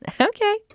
okay